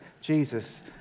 Jesus